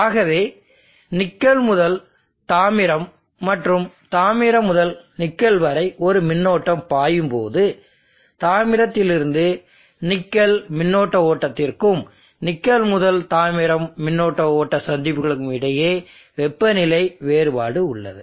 ஆகவே நிக்கல் முதல் தாமிரம் மற்றும் தாமிரம் முதல் நிக்கல் வரை ஒரு மின்னோட்டம் பாயும் போது தாமிரத்திலிருந்து நிக்கல் மின்னோட்ட ஓட்டத்திற்கும் நிக்கல் முதல் தாமிரம் மின்னோட்ட ஓட்ட சந்திப்புகளுக்கும் இடையே வெப்பநிலை வேறுபாடு உள்ளது